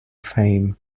fame